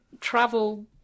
travel